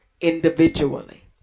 individually